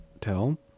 tell